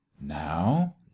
Now